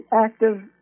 active